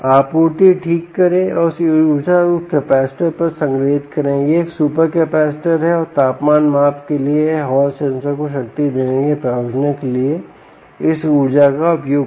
आपूर्ति ठीक करें और उस ऊर्जा को इस कैपसिटर पर संग्रहित करें यह एक सुपर कैपसिटर है और तापमान माप के लिए हॉल सेंसर को शक्ति देने के प्रयोजनों के लिए इस ऊर्जा का उपयोग करें